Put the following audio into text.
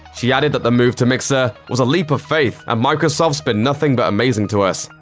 she added that the move to mixer was a leap of faith, and microsoft's been nothing but amazing to us.